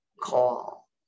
call